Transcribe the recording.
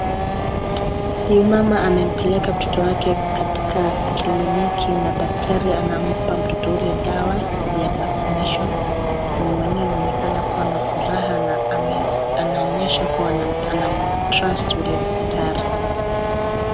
Ni mama amempeleka mtoto wake katika kliniki na daktari anampa mtoto yule dawa ya vaccination . Mama mwenyewe anaonekana kuwa na furaha na anaonyesha kuwa ana mtrust yule daktari.